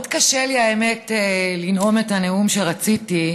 מאוד קשה לי, האמת, לנאום את הנאום שרציתי,